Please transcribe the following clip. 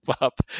up